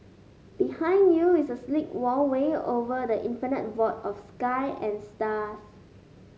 behind you is a sleek walkway over the infinite void of sky and stars